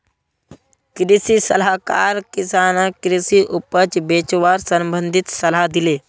कृषि सलाहकार किसानक कृषि उपज बेचवार संबंधित सलाह दिले